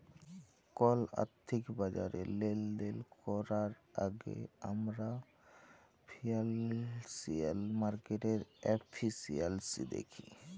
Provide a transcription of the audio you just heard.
call আথ্থিক বাজারে লেলদেল ক্যরার আগে আমরা ফিল্যালসিয়াল মার্কেটের এফিসিয়াল্সি দ্যাখি